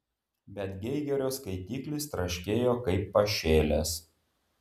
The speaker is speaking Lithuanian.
bet geigerio skaitiklis traškėjo kaip pašėlęs